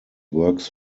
works